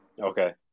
Okay